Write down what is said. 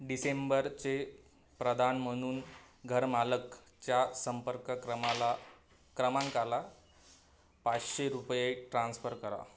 डिसेंबरचे प्रदान म्हणून घरमालकाच्या संपर्क क्रमाला क्रमांकाला पाचशे रुपये ट्रान्स्फर करा